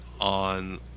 on